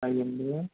అయ్యండి